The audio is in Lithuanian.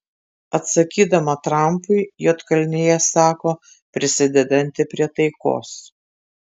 atsakydama trampui juodkalnija sako prisidedanti prie taikos